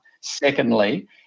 Secondly